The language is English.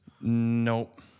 Nope